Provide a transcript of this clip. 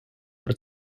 про